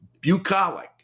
bucolic